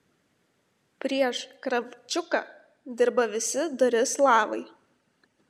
prieš kravčiuką dirba visi dori slavai